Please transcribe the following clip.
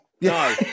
No